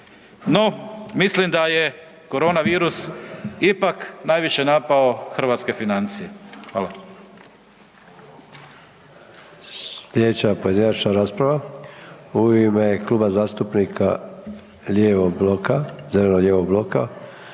mislim da je korona virus ipak najviše napao hrvatske financije. Hvala. **Sanader, Ante (HDZ)** Slijedeća pojedinačna rasprava u ime Klub zastupnika zeleno-lijevog bloka,